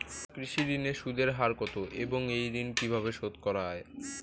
কৃষি ঋণের সুদের হার কত এবং এই ঋণ কীভাবে শোধ করা য়ায়?